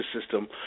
system